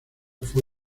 fue